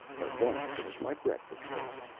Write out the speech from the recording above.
but i'm going to finish my breakfast first.